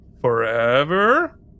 Forever